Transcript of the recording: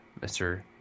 Mr